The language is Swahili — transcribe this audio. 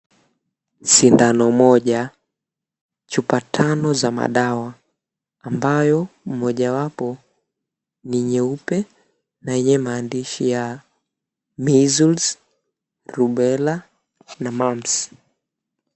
Sindano moja, chupa tano za madawa ambayo mojawapo ni nyeupe lenye maandishi ya Measles, Rubella na Mumps.